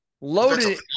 loaded